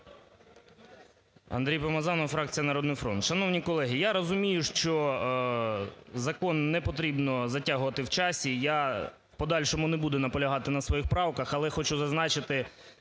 Андрій Помазанов, фракція "Народний фронт". Шановні колеги! Я розумію, що закон не потрібно затягувати в часі, я в подальшому не буду наполягати на своїй правках, але хочу зазначити